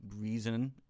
reason